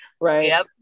right